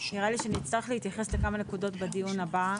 נראה לי שנצטרך להתייחס לכמה נקודות בדיון הבא,